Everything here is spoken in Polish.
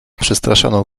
przestraszoną